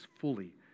fully